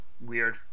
weird